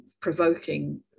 provoking